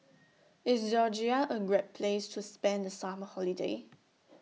IS Georgia A Great Place to spend The Summer Holiday